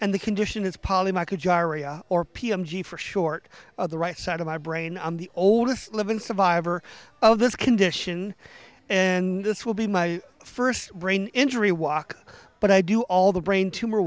and the condition is polly michael or p m g for short the right side of my brain i'm the oldest living survivor of this condition and this will be my first brain injury walk but i do all the brain tumor